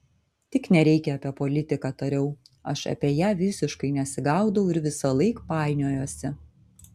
tik nereikia apie politiką tariau aš apie ją visiškai nesigaudau ir visąlaik painiojuosi